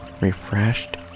refreshed